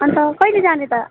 अन्त कहिले जाने त